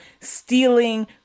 stealing